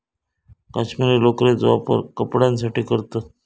कश्मीरी लोकरेचो वापर कपड्यांसाठी करतत